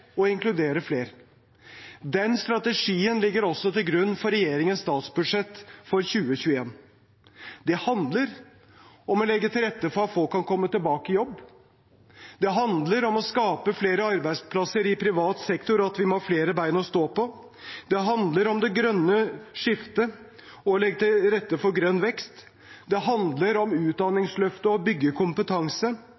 og inkludere flere. Den strategien ligger også til grunn for regjeringens statsbudsjett for 2021. Det handler om å legge til rette for at folk kan komme tilbake i jobb. Det handler om å skape flere arbeidsplasser i privat sektor og at vi må ha flere bein å stå på. Det handler om det grønne skiftet og å legge til rette for grønn vekst. Det handler om